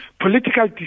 Political